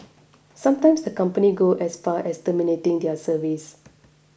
sometimes the company go as far as terminating their service